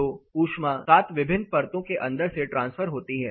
तो ऊष्मा सात विभिन्न परतों के अंदर से ट्रांसफर होती है